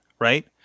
Right